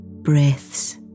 breaths